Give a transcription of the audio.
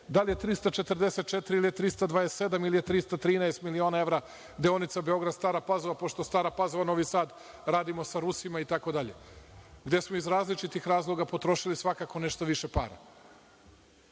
da li je 344 ili je 327 ili je 313 miliona evra deonica Beograd – Stara Pazova, pošto Stara Pazova – Novi Sad radimo sa Rusima itd, gde smo iz različitih razloga potrošili svakako nešto više